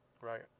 Right